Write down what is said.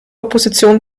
opposition